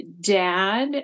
dad